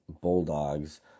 Bulldogs